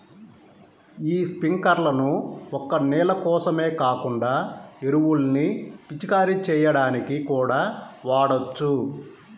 యీ స్పింకర్లను ఒక్క నీళ్ళ కోసమే కాకుండా ఎరువుల్ని పిచికారీ చెయ్యడానికి కూడా వాడొచ్చు